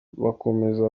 bakomeza